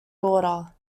daughter